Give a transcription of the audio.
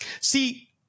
See